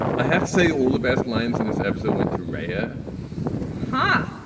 i have to say all the best lines in this episode went to raya huh.